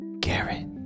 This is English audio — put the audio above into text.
Garrett